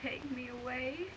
take me away